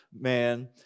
man